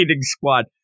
squad